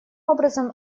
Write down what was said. образом